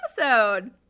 episode